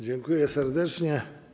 Dziękuję serdecznie.